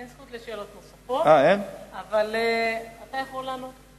אין זכות לשאלות נוספות, אבל אתה יכול לענות.